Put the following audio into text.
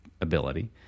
ability